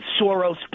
Soros